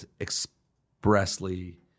expressly